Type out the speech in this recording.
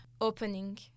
opening